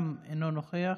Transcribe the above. גם אינו נוכח.